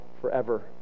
forever